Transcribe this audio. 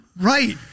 Right